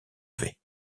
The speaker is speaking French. vais